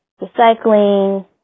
recycling